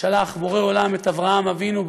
שלח בורא עולם את אברהם אבינו,